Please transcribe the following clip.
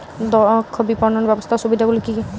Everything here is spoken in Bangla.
দক্ষ বিপণন ব্যবস্থার সুবিধাগুলি কি কি?